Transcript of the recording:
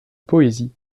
poésie